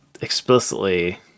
explicitly